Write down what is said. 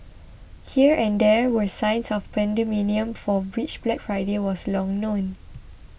here and there were signs of pandemonium for which Black Friday was long known